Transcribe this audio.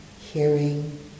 hearing